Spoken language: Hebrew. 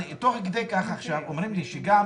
תוך כדי כך עכשיו אומרים לי שגם